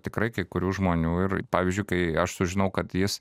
tikrai kai kurių žmonių ir pavyzdžiui kai aš sužinau kad jis